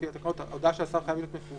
לפי התקנות ההודעה של השר חייבת להיות מפורסמת